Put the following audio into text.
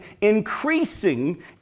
increasing